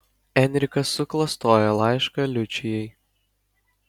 enrikas suklastoja laišką liučijai